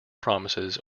promises